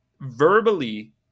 verbally